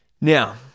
now